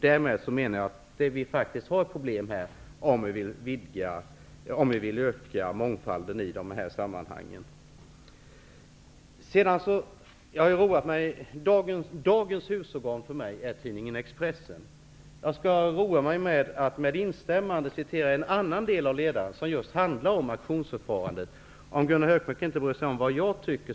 Därmed menar jag att vi faktiskt får problem om vi ökar mångfalden i de här sammanhangen. Dagens husorgan för mig är tidningen Expressen. Jag roar mig med att med instämmande i vad som där sägs återge vad som sägs i en annan del av ledaren som just handlar om auktionsförfarandet. Gunnar Hökmark bryr sig kanske inte om vad jag tycker.